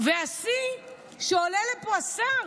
והשיא, עולה לפה השר